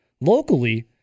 locally